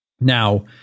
Now